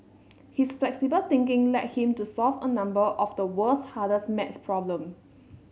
his flexible thinking led him to solve a number of the world's hardest maths problem